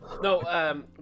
no